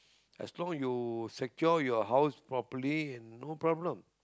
as long you secure your house properly no problem